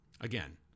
Again